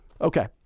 Okay